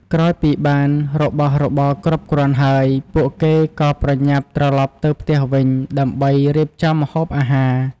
ក្រោយពីបានរបស់របរគ្រប់គ្រាន់ហើយ ពួកគេក៏ប្រញាប់ត្រឡប់ទៅផ្ទះវិញដើម្បីរៀបចំម្ហូបអាហារ។